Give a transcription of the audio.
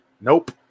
Nope